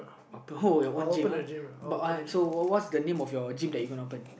your own gym uh but so what's the name of your gym that you're gonna open